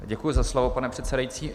Děkuji za slovo, pane předsedající.